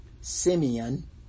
Simeon